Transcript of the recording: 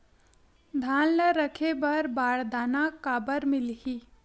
धान ल रखे बर बारदाना काबर मिलही?